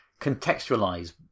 contextualize